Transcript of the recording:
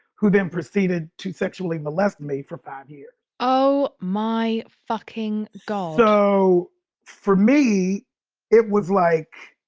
who then proceeded to sexually molested me for five years oh, my fucking god so for me it was like.